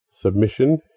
Submission